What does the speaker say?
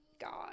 God